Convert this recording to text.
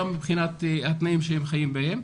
גם מבחינת התנאים שהם חיים בהם,